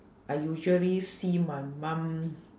I usually see my mum